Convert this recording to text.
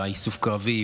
איסוף קרבי,